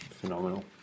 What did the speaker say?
Phenomenal